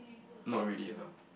not really ah